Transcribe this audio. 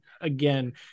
again